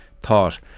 thought